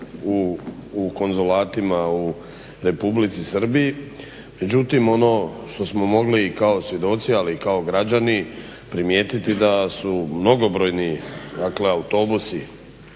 u konzulatima u Republici Srbiji, međutim ono što smo mogli i kao svjedoci, ali i kao građani primijetiti da su mnogobrojni dakle autobusi